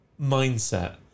mindset